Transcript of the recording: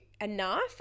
enough